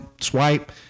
swipe